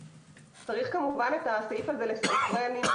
כמובן שצריך לסנכרן את הסעיף הזה